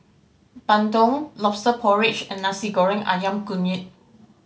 bandung Lobster Porridge and Nasi Goreng Ayam Kunyit